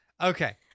Okay